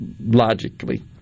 logically